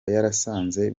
yarasanze